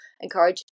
encourage